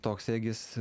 toks egis